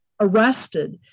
arrested